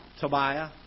Tobiah